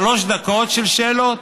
שלוש דקות של שאלות: